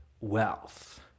wealth